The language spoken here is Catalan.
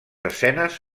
escenes